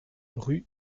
rue